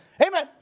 amen